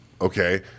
Okay